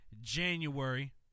january